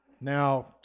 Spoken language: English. Now